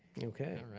ok. right